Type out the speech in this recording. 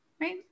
right